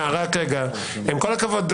עם כל הכבוד,